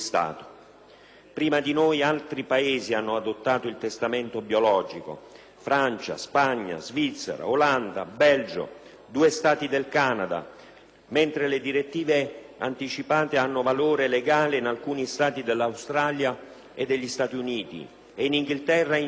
Prima di noi altri Paesi hanno adottato il testamento biologico (Francia, Spagna, Svizzera, Olanda, Belgio, due Stati del Canada), mentre le direttive anticipate hanno valore legale in alcuni Stati dell'Australia e degli Stati Uniti d'America. In Inghilterra e in Germania,